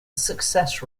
success